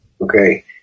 okay